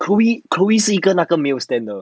chloe chloe 是一个没有 stand 的人